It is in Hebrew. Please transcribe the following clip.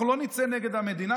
אנחנו לא נצא נגד המדינה,